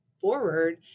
forward